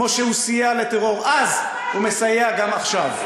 כמו שהוא סייע לטרור אז, הוא מסייע גם עכשיו.